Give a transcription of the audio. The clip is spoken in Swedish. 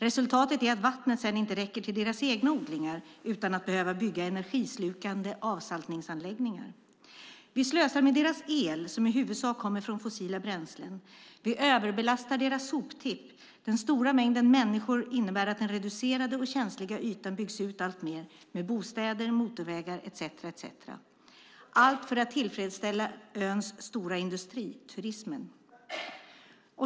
Resultatet är att vattnet sedan inte räcker till deras egna odlingar, utan de behöver bygga energislukande avsaltningsanläggningar. Vi slösar med deras el som i huvudsak kommer från fossila bränslen. Vi överbelastar deras soptipp. Den stora mängden människor innebär att den reducerade och känsliga ytan byggs ut alltmer med bostäder, motorvägar etcetera, allt för att tillfredsställa öns stora industri, turismen.